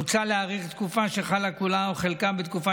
מוצע להאריך תקופה שחלה כולה או חלקה בתקופת